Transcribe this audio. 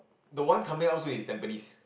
the one coming out soon is Tampines